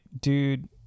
dude